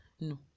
no